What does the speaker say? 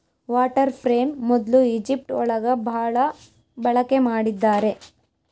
water frame ಮೊದ್ಲು Egypt ಒಳಗ ಭಾಳ ಬಳಕೆ ಮಾಡಿದ್ದಾರೆ